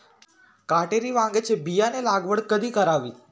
काटेरी वांग्याची बियाणे लागवड कधी करावी?